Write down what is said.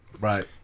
Right